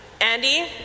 Andy